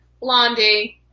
Blondie